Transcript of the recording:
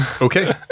Okay